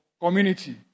community